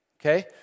Okay